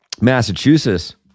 Massachusetts